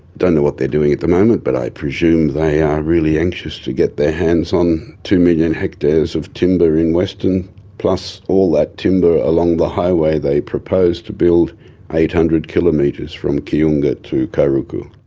don't know what they're doing at the moment, but i presume they are really anxious to get their hands on two million hectares of timber in western plus all that timber along the highway they propose to build eight hundred kilometres from kiunga to kairuku.